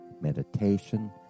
meditation